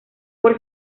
por